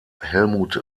helmut